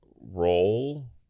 role